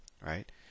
right